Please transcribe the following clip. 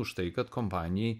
už tai kad kompanijai